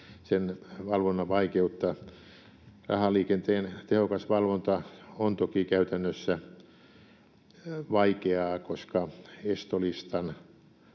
valvonnan vaikeutta. Rahaliikenteen tehokas valvonta on toki käytännössä vaikeaa, koska estolistan